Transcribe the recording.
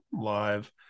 live